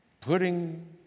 putting